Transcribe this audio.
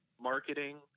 marketing –